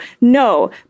no